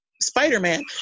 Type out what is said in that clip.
Spider-Man